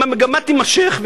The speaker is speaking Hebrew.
אם המגמה תימשך,